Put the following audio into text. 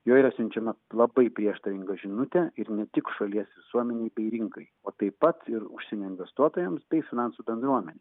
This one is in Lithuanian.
jau yra siunčiama labai prieštaringa žinutė ir ne tik šalies visuomenei bei rinkai o taip pat ir užsienio investuotojams bei finansų bendruomenei